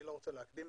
אני לא רוצה להקדים.